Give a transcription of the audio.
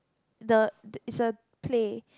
the it's a play